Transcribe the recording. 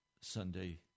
Sunday